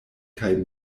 kaj